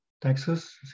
Texas